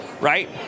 right